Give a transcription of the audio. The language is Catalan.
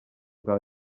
cal